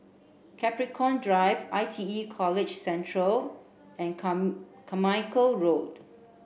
Capricorn Drive I T E College Central and Carmichael Road